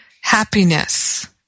happiness